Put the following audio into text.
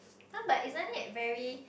some like isn't it very